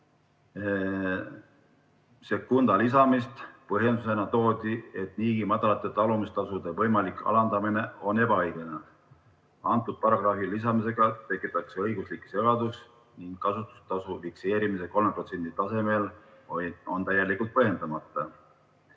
§ 82lisamist. Põhjendustena toodi, et niigi madalate talumistasude võimalik alandamine on ebaõiglane, antud paragrahvi lisamisega tekitatakse õiguslik segadus ning kasutustasu fikseerimine 3% tasemel on täielikult põhjendamata.